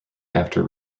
after